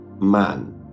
man